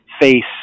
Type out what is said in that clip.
face